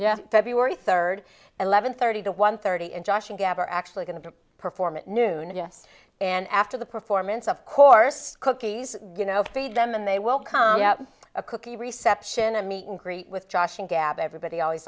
february third eleven thirty to one thirty and josh and dad are actually going to perform at noon yes and after the performance of course cookies you know feed them and they will come out a cookie reception a meet and greet with joshing gab everybody always